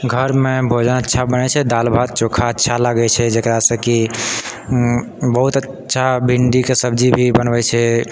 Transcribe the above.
घरमे भोजन अच्छा बनैत छै दालि भात चोखा अच्छा लागैत छै जकरासँ कि बहुत अच्छा भिण्डीके सब्जी भी बनबैत छै